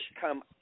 come